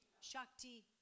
Shakti